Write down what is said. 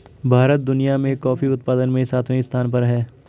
भारत दुनिया में कॉफी उत्पादन में सातवें स्थान पर है